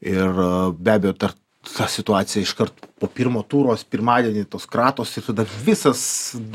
ir be abejo tar ta situacija iškart po pirmo turo pirmadienį tos kratos ir tada visas